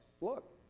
look